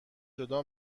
جدا